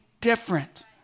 different